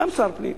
גם שר הפנים.